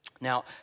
Now